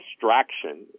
distraction